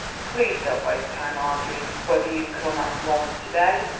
please don't waste time arguing. whether you come at one to-day,